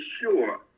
sure